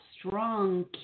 strong